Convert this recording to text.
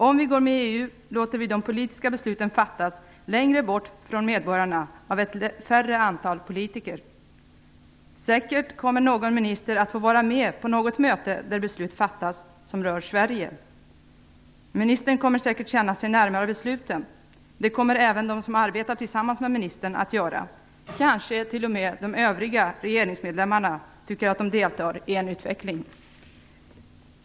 Om vi går med i EU låter vi de politiska besluten fattas längre bort från medborgarna av ett mindre antal politiker. Säkert kommer någon minister att få vara med på något möte där beslut fattas som rör Sverige. Ministern kommer säkert att känna att han eller hon är närmare besluten. Det kommer även de som arbetar tillsammans med ministern att göra. Kanske tycker t.o.m. de övriga ledamöterna att de deltar i en utveckling.